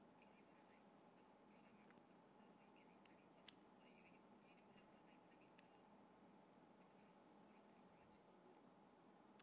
S